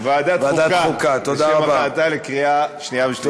לוועדת חוקה, לשם הכנה לקריאה שנייה ושלישית.